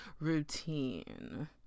routine